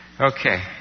Okay